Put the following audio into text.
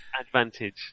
advantage